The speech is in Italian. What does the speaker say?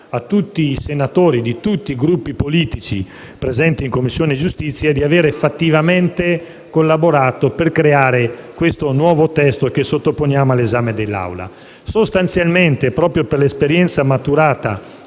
a tutti i senatori, di tutti i Gruppi politici presenti in Commissione giustizia, di avere fattivamente collaborato per creare questo nuovo testo, che sottoponiamo all'esame dell'Assemblea. Sostanzialmente, proprio per l'esperienza maturata